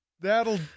That'll